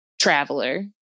traveler